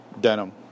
denim